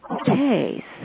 okay